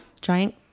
giant